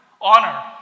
honor